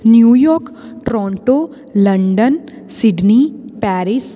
New York Toronto London Sydney Paris